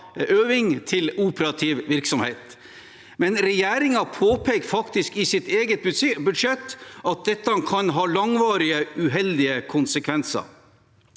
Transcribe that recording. øving til operativ virksomhet, men regjeringen påpekte faktisk i sitt eget budsjett at dette kan ha langvarige, uheldige konsekvenser.